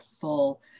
full